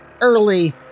early